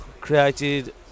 created